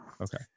Okay